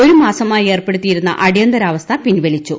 ഒരു മാസമായി ഏർപ്പെടുത്തിയിരുന്ന അടിയന്തരാവസ്ഥ പിൻവലിച്ചു